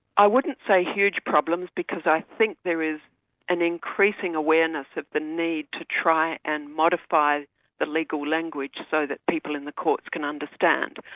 i wouldn't say huge problems because i think there is an increasing awareness of the need to try and modify the legal language so that people in the courts can understand.